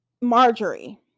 Marjorie